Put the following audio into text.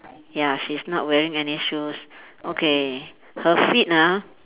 ya she's not wearing any shoes okay her feet ah